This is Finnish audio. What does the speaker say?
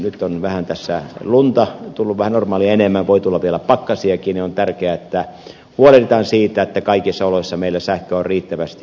nyt kun on vähän tässä lunta tullut normaalia enemmän voi tulla vielä pakkasiakin niin on tärkeää että huolehditaan siitä että kaikissa oloissa meillä sähköä on riittävästi